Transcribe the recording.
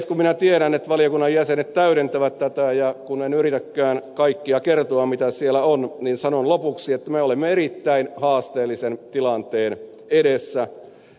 kun minä tiedän että valiokunnan jäsenet täydentävät tätä ja kun en yritäkään kaikkea kertoa mitä mietinnössä on niin sanon lopuksi että me olemme erittäin haasteellisen tilanteen edessä